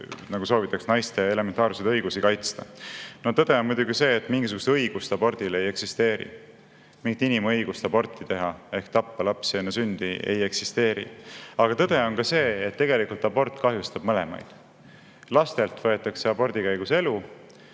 Nii soovitaksegi nagu naiste elementaarseid õigusi kaitsta. Tõde on muidugi see, et mingisugust õigust abordile ei eksisteeri. Mingit inimõigust aborti teha ehk tappa lapsi enne sündi ei eksisteeri. Ja tõde on ka see, et abort kahjustab mõlemaid. Lastelt võetakse abordi käigus elu,